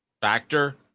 factor